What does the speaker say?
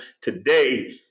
Today